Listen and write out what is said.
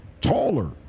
Taller